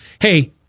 hey